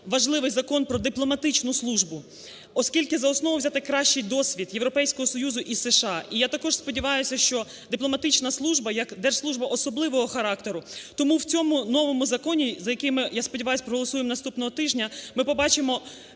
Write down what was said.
важливий Закон про дипломатичну службу, оскільки за основу взято кращій досвід Європейського Союзу і США. І я також сподіваюся, що дипломатична служба як держслужба особливого характеру, тому в цьому новому законі, за яким ми, я сподіваюсь, проголосуємо наступного тижня, ми побачимо